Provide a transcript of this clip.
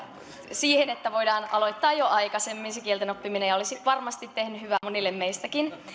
siihen että voidaan aloittaa jo aikaisemmin se kielten oppiminen ja olisi varmasti tehnyt hyvää monille meistäkin